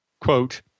quote